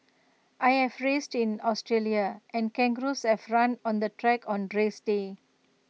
I have raced in Australia and kangaroos have run on the track on race day